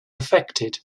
affected